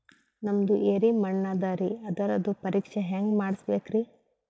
ನಮ್ದು ಎರಿ ಮಣ್ಣದರಿ, ಅದರದು ಪರೀಕ್ಷಾ ಹ್ಯಾಂಗ್ ಮಾಡಿಸ್ಬೇಕ್ರಿ?